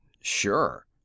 Sure